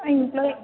ఇంట్లో